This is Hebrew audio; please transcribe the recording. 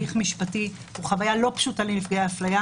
בצירוף העובדה שקיום הליך משפטי הוא חוויה לא פשוטה לנפגעי ההפליה,